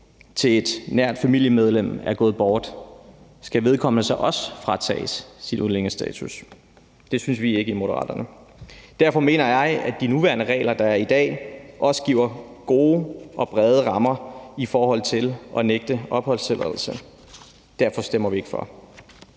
til et nært familiemedlem, som er gået bort. Skal vedkommende så også fratages sin flygtningestatus? Det synes vi ikke i Moderaterne. Derfor mener jeg, at de nuværende regler, der er i dag, også giver gode og brede rammer i forhold til at nægte opholdstilladelse. Derfor stemmer vi ikke for.